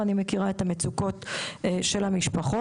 ואני מכירה את המצוקות של המשפחות,